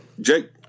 Jake